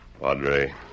Padre